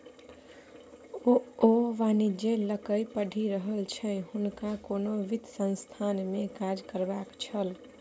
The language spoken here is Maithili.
ओ वाणिज्य लकए पढ़ि रहल छल हुनका कोनो वित्त संस्थानमे काज करबाक छल